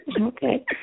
Okay